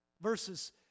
Verses